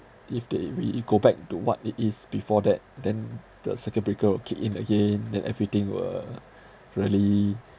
if they we go back to what it is before that then the circuit breaker will kick in again then everything will really